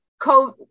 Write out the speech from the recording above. COVID